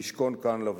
לשכון כאן לבטח.